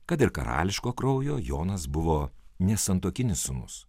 kad ir karališko kraujo jonas buvo nesantuokinis sūnus